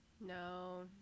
No